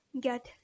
get